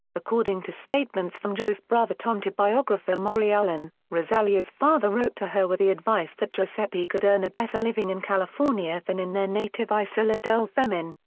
according to statements from joe's brother tom to biographer maury allen, rosalia's father wrote to her with the advice that giuseppe could earn a better living in california than in their native isola delle femmine,